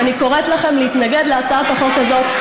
ואני קוראת לכם להתנגד להצעת החוק הזאת,